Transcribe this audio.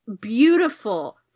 beautiful